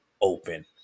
open